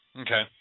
Okay